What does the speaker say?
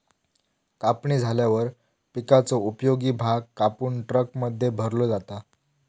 कापणी झाल्यावर पिकाचो उपयोगी भाग कापून ट्रकमध्ये भरलो जाता